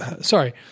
sorry